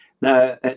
Now